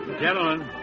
Gentlemen